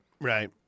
Right